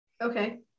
Okay